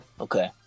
okay